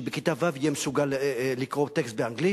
כך שבכיתה ו' יהיה מסוגל לקרוא טקסט באנגלית.